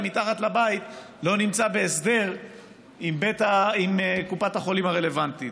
מתחת לבית לא נמצא בהסדר עם קופת החולים הרלוונטית.